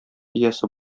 иясе